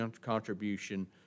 contribution